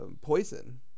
poison